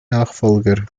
nachfolger